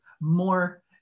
more